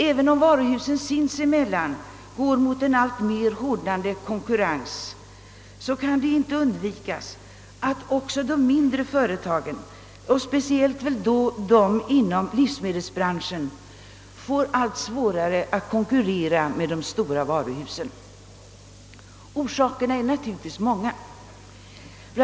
Konkurrensen mellan varuhusen blir allt hårdare, och de mindre företagen, speciellt då inom livsmedelsbranschen, får allt svårare att konkurrera med de stora varuhusen. Orsakerna härtill är många. Bl.